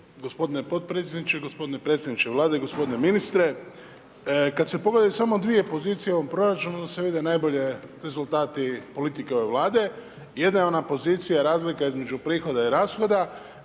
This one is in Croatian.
Gospodine podpredsjedniče, gospodine predsjedniče Vlade, gospodine ministre. Kad se pogledaju samo dvije pozicije u ovom proračunu onda se vide najbolje rezultati politike ove Vlade. Jedna je ona pozicija razlika između prihoda i rashoda,